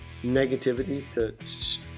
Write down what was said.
negativity